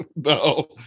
no